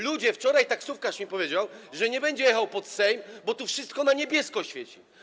Ludzie, wczoraj taksówkarz mi powiedział, że nie będzie jechał pod Sejm, bo tu wszystko na niebiesko świeci.